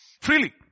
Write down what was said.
Freely